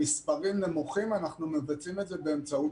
המספרים נמוכים, אנחנו מבצעים את זה באמצעות